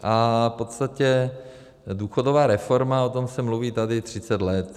A v podstatě důchodová reforma, o tom se mluví tady třicet let.